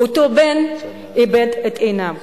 אותו בן איבד את עיניו.